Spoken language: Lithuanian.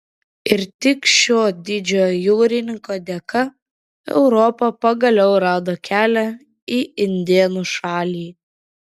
ir tik šio didžiojo jūrininko dėka europa pagaliau rado kelią į indėnų šalį